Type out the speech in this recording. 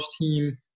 team